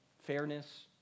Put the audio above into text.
fairness